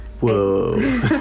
Whoa